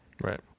Right